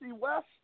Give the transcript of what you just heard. west